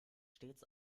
stets